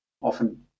often